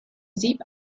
sieb